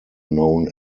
known